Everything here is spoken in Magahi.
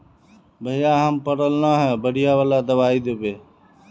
भैया हम पढ़ल न है बढ़िया वाला दबाइ देबे?